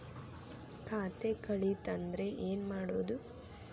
ಖಾತೆ ಕಳಿತ ಅಂದ್ರೆ ಏನು ಮಾಡೋದು?